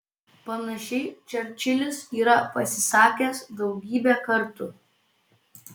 panašiai čerčilis yra pasisakęs daugybę kartų